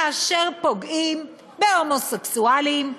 כאשר פוגעים בהומוסקסואלים,